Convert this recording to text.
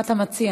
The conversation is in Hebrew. מה אתה מציע?